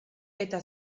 eta